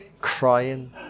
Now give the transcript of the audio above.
crying